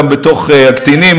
גם בתוך הקטינים,